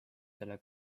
selle